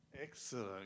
Excellent